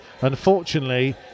unfortunately